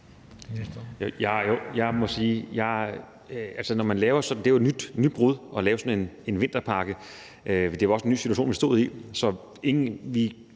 at det jo er nybrud at lave sådan en vinterpakke, og det var også en ny situation, vi stod i. Så